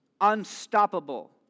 unstoppable